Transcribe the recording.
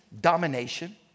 domination